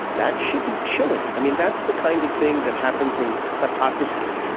that should be chilling. i mean that's the kind of thing that happens in kleptocracy.